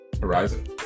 horizon